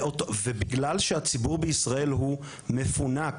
ובגלל שהציבור בישראל הוא מפונק